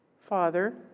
Father